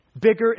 Bigger